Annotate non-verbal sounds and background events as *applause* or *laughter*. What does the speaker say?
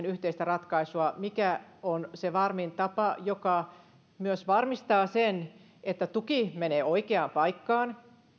*unintelligible* yhteistä ratkaisua mikä on se varmin tapa joka myös varmistaa sen että tuki menee oikeaan paikkaan